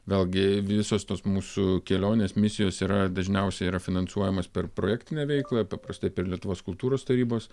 vėlgi visos tos mūsų kelionės misijos yra dažniausiai yra finansuojamas per projektinę veiklą paprastai per lietuvos kultūros tarybos